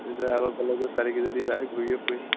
জয়সাগৰ কলেজৰ ছোৱালীকেইজনী বা আহি ঘূৰিয়ে ফুৰে